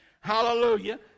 Hallelujah